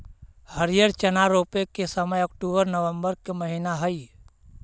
हरिअर चना रोपे के समय अक्टूबर नवंबर के महीना हइ